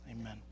amen